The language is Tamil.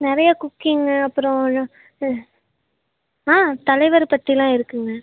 நிறையா குக்கிங்கு அப்புறம் ஆ தலைவர் பற்றிலாம் இருக்குங்க